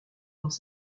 dans